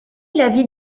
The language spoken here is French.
l’avis